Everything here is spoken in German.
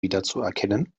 wiederzuerkennen